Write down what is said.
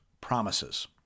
promises